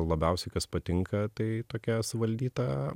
labiausiai kas patinka tai tokia suvaldyta